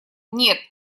нет